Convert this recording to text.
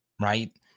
right